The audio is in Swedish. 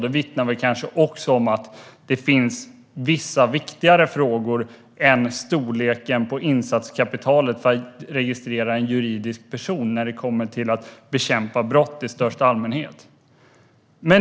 Det vittnar kanske också om att det finns vissa viktigare frågor än storleken på insatskapitalet för att registrera en juridisk person när det kommer till att bekämpa brott i största allmänhet.